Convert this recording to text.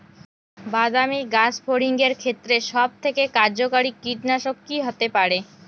বাদামী গাছফড়িঙের ক্ষেত্রে সবথেকে কার্যকরী কীটনাশক কি হতে পারে?